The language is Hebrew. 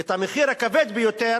ואת המחיר הכבד ביותר